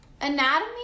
Anatomy